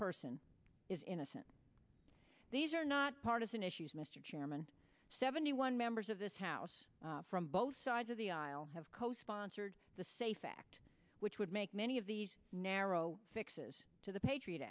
person is innocent these are not partisan issues mr chairman seventy one members of this house from both sides of the aisle have co sponsored the say fact which would make many of these narrow fixes to the patriot